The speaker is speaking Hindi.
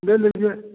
ले लीजिए